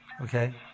Okay